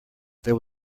there